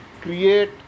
create